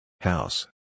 House